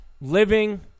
living